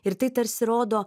ir tai tarsi rodo